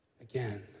again